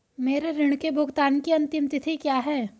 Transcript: मेरे ऋण के भुगतान की अंतिम तिथि क्या है?